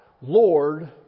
Lord